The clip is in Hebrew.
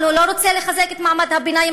אבל הוא לא רוצה לחזק את מעמד הביניים